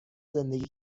زندگی